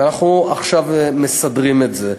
ואנחנו עכשיו מסדרים את זה.